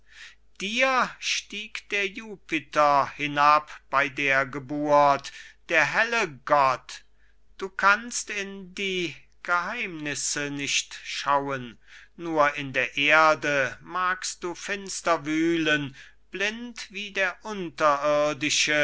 dir stieg der jupiter hinab bei der geburt der helle gott du kannst in die geheimnisse nicht schauen nur in der erde magst du finster wühlen blind wie der